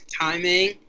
timing